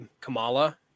Kamala